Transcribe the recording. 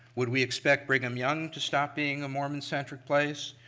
would we expect brigham young to stop being a mormon-centric place?